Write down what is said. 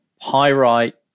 pyrite